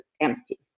empty